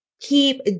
keep